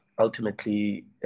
ultimately